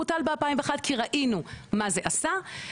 בוטל ב- 2001 כי ראינו מה זה עשה.